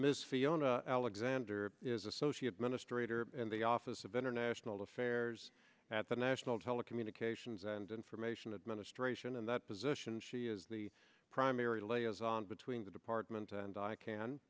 ms fiona alexander is associate administrator in the office of international affairs at the national telecommunications and information administration and that position she is the primary layers on between the department and i can